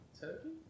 Turkey